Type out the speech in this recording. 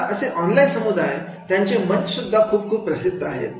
आता असे ऑनलाईन समुदाय आणि त्यांचे मंच सुद्धा खूप खूप प्रसिद्ध आहेत